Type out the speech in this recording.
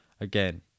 Again